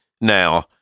now